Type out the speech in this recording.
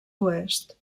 oest